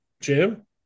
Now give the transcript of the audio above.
Jim